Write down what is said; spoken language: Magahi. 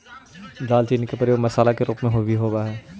दालचीनी के प्रयोग मसाला के रूप में भी होब हई